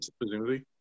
Presumably